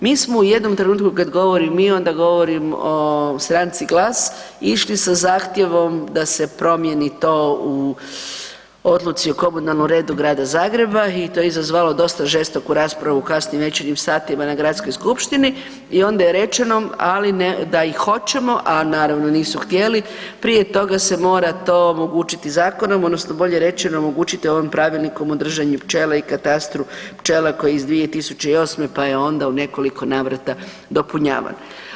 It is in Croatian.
Mi smo u jednom trenutku kad govorim mi onda govorim o stranci GLAS išli sa zahtjevom da se promijeni to u odluci o komunalnom redu Grada Zagreba i to je izazvalo dosta žestoku raspravu u kasnim večernjim satima na Gradskoj skupštini i onda je rečeno, ali da i hoćemo, a naravno nisu htjeli, prije toga se mora to omogućiti zakonom odnosno bolje rečeno omogućite ovim pravilnikom o držanju pčela i katastru pčela koji je iz 2008. pa je onda u nekoliko navrata dopunjavan.